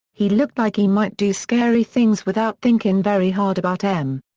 he looked like he might do scary things without thinkin' very hard about em.